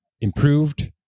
improved